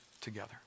together